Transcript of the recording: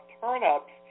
turnips